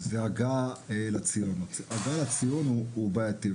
הגעה לציון, שזה עניין בעייתי.